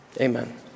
Amen